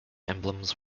emblems